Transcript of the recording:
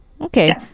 Okay